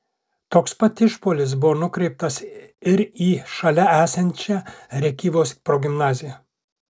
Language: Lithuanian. toks pat išpuolis buvo nukreiptas ir į šalia esančią rėkyvos progimnaziją